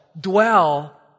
dwell